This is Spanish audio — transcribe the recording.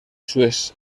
sus